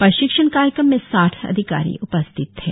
प्रशिक्षण कार्यक्रम में साठ अधिकारी उपस्थित थे